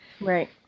Right